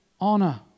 honor